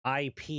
IP